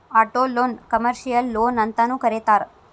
ಆಟೊಲೊನ್ನ ಕಮರ್ಷಿಯಲ್ ಲೊನ್ಅಂತನೂ ಕರೇತಾರ